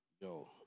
yo